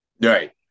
Right